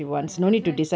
ya that's why